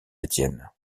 étienne